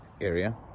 area